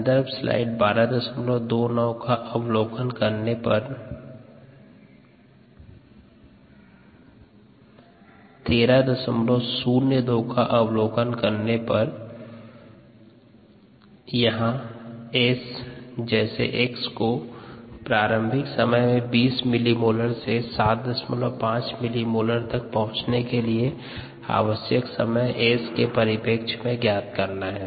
संदर्भ समय 1302 के अनुसार यहाँ S जैसे X को प्रारंभिक समय में 20 मिलिमोलर से 75 मिलिमोलर तक पहुंचने के लिए आवश्यक समय S के परिपेक्ष्य में ज्ञात करना है